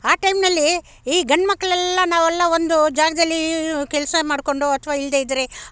ಆ ಟೈಮ್ನಲ್ಲಿ ಈ ಗಂಡ್ಮಕ್ಳೆಲ್ಲ ನಾವೆಲ್ಲ ಒಂದು ಜಾಗದಲ್ಲಿ ಕೆಲಸ ಮಾಡ್ಕೊಂಡು ಅಥ್ವಾ ಇಲ್ದೇ ಇದ್ರೆ